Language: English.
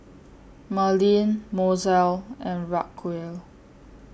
Merlyn Mozell and Racquel